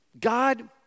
God